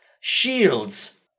Shields